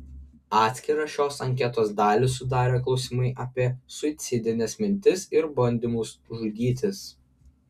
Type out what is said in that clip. atskirą šios anketos dalį sudarė klausimai apie suicidines mintis ir bandymus žudytis